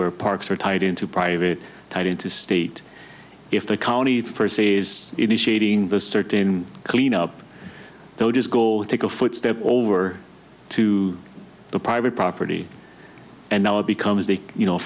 where parks are tied into private tied into state if the county first is initiating the certain cleanup they'll just take a footstep over to the private property and now it becomes the you know